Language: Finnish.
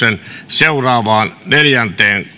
seuraavaan neljänteen